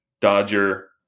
Dodger